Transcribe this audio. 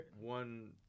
one